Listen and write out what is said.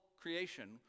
creation